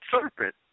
serpent